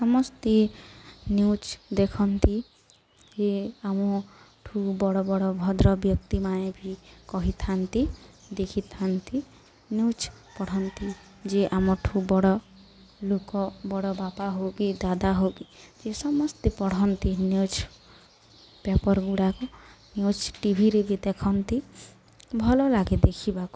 ସମସ୍ତେ ନ୍ୟୁଜ ଦେଖନ୍ତି ଯେ ଆମଠୁ ବଡ଼ ବଡ଼ ଭଦ୍ର ବ୍ୟକ୍ତିମାନେ ବି କହିଥାନ୍ତି ଦେଖିଥାନ୍ତି ନ୍ୟୁଜ ପଢ଼ନ୍ତି ଯେ ଆମଠୁ ବଡ଼ ଲୋକ ବଡ଼ ବାପା ହଉ କି ଦାଦା ହ କି ଯେ ସମସ୍ତେ ପଢ଼ନ୍ତି ନ୍ୟୁଜ ପେପରଗୁଡ଼ାକ ନ୍ୟୁଜ ଟିଭିରେ ବି ଦେଖନ୍ତି ଭଲ ଲାଗେ ଦେଖିବାକୁ